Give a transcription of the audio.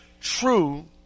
true